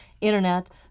Internet